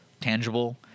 tangible